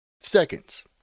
Seconds